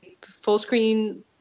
full-screen